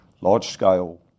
large-scale